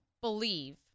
believe